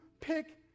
pick